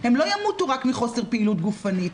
הם לא ימותו רק מחוסר פעילות גופנית.